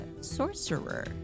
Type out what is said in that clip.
sorcerer